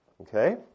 Okay